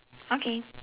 okay